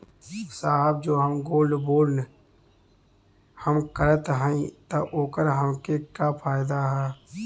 साहब जो हम गोल्ड बोंड हम करत हई त ओकर हमके का फायदा ह?